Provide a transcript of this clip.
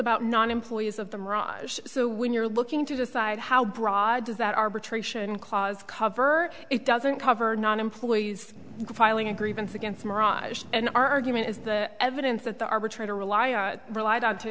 about non employees of the mirage so when you're looking to decide how broad does that arbitration clause cover it doesn't cover non employees filing a grievance against mirage an argument is the evidence that the arbitrator rely on relied on to